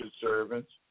servants